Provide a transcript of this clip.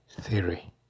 theory